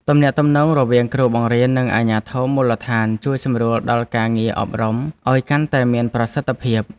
ទំនាក់ទំនងរវាងគ្រូបង្រៀននិងអាជ្ញាធរមូលដ្ឋានជួយសម្រួលដល់ការងារអប់រំឱ្យកាន់តែមានប្រសិទ្ធភាព។